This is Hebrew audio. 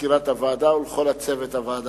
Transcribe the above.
מזכירת הוועדה, ולכל צוות הוועדה.